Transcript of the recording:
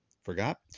forgot